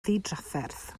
ddidrafferth